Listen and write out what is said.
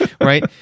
right